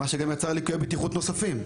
מה שגם יצר ליקויי בטיחות נוספים.